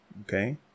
okay